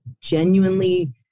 genuinely